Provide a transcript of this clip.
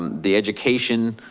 the education